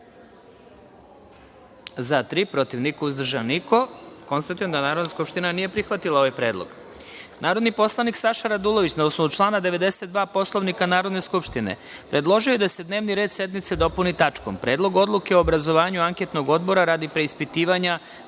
narodnog poslanika. Konstatujem da Narodna skupština nije prihvatila ovaj predlog. Narodni poslanik Saša Radulović, na osnovu člana 92. Poslovnika Narodne skupštine, predložio je da se dnevni red sednice dopuni tačkom – Predlog odluke o obrazovanju anketnog odbora radi utvrđivanja